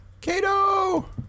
Cato